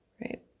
Right